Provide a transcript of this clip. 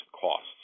costs